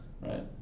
right